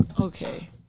Okay